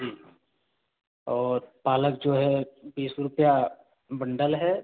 जी और पालक जो है बीस रुपये बंडल है